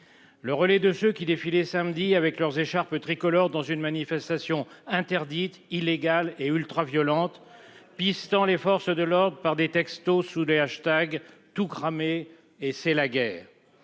Le relais de ceux qui défilaient samedi avec leurs écharpes tricolores dans une manifestation interdite illégal et ultraviolente pistant les forces de l'ordre par des textos sous des hashtags tout cramé. Et c'est la guerre.